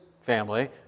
family